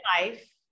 life